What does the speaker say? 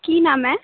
ਕੀ ਨਾਮ ਹੈ